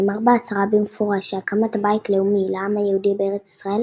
נאמר בהצהרה במפורש שהקמת בית לאומי לעם היהודי בארץ ישראל